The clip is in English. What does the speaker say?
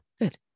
good